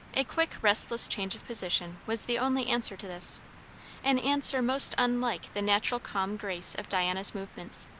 a quick, restless change of position was the only answer to this an answer most unlike the natural calm grace of diana's movements.